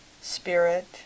Spirit